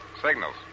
Signals